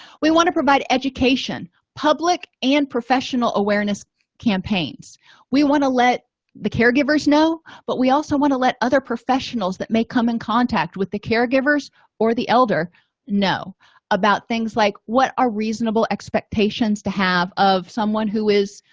we want to provide education public and professional awareness campaigns we want to let the caregivers know but we also want to let other professionals that may come in contact with the caregivers or the elder know about things like what are reasonable expectations to have of someone who is